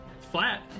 flat